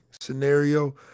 scenario